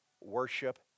worship